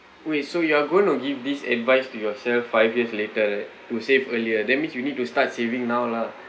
wait so you are going to give this advice to yourself five years later right to save earlier that means you need to start saving now lah